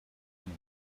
and